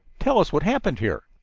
tell us what happened here.